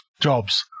jobs